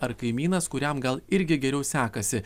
ar kaimynas kuriam gal irgi geriau sekasi